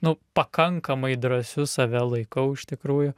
nu pakankamai drąsiu save laikau iš tikrųjų